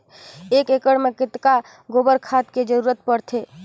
एक एकड़ मे कतका गोबर खाद के जरूरत पड़थे?